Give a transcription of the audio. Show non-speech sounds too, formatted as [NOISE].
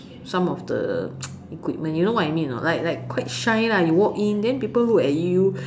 some of the [NOISE] equipment you know what I mean or not like like quite shy lah you walk in then people look at you